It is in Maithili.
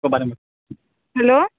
ओहि बारेमे हेलो